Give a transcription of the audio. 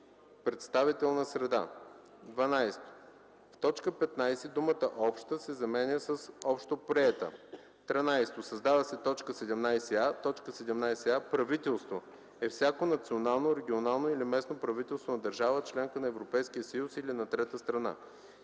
представителна среда.” 12. В т. 15 думата „Обща” се заменя с „Общоприета”. 13. Създава се т. 17а: „17а. „Правителство” е всяко национално, регионално или местно правителство на държава - членка на Европейския съюз или на трета страна.”